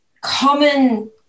common